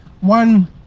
one